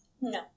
No